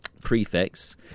prefix